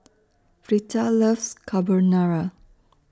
Fleta loves Carbonara